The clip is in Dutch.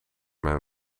mijn